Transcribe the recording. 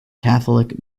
catholic